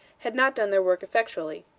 had not done their work effectually.